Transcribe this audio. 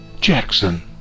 Jackson